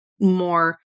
more